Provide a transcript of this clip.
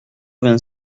vingt